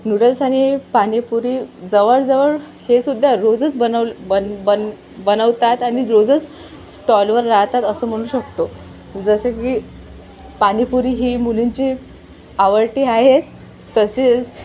noodles आणि पाणीपुरी जवळजवळ हे सुद्धा रोजच बनव बन बन बनवतात आणि रोजच स्टॉलवर राहतात असं म्हणू शकतो जसं की पाणीपुरी ही मुलींची आवडती आहेस तसेच